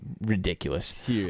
ridiculous